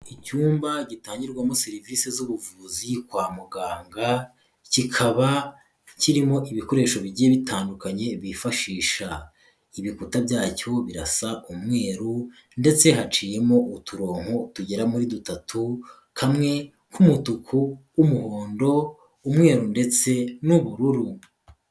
Icyumba gitangirwamo serivisi z'ubuvuzi kwa muganga, kikaba kirimo ibikoresho bigiye bitandukanye bifashisha. Ibikuta byacyo birasa umweru ndetse haciyemo uturongo tugera muri dutatu. Kamwe k'umutuku, umuhondo, umweru ndetse n'ubururu.